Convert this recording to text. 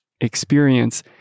experience